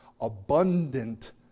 abundant